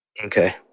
Okay